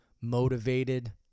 motivated